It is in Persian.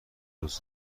روز